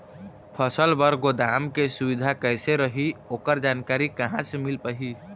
फसल बर गोदाम के सुविधा कैसे रही ओकर जानकारी कहा से मिल पाही?